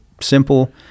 simple